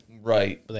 Right